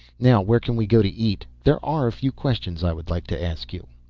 now where can we go to eat there are a few questions i would like to ask you.